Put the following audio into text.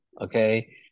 okay